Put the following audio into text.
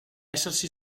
essersi